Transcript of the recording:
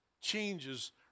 changes